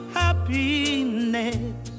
happiness